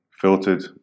filtered